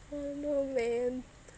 I don't know man